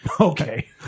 Okay